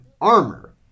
armor